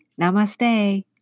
namaste